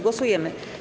Głosujemy.